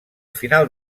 final